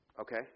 okay